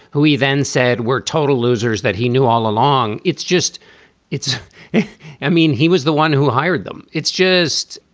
who he then said we're total losers that he knew all along. it's just it's i mean, he was the one who hired them. it's just.